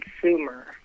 consumer